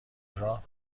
راه